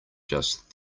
just